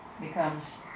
becomes